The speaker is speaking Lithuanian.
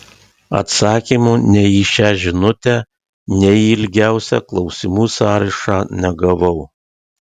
atsakymo nei į šią žinutę nei į ilgiausią klausimų sąrašą negavau